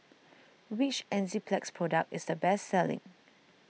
which Enzyplex product is the best selling